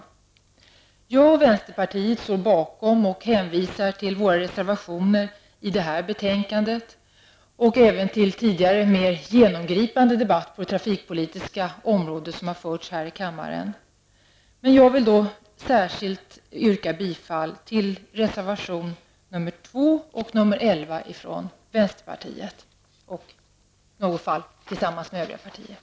Jag och övriga ledamöter från vänsterpartiet står bakom och hänvisar till våra reservationer i det här betänkandet och även till tidigare mer genomgripande debatter på det trafikpolitiska området som har förts här i kammaren. Jag vill särskilt yrka bifall till reservationerna nr 2 och 11 från vänsterpartiet, i något fall tillsammans med andra partier.